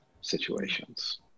situations